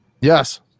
Yes